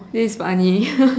this is funny